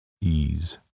ease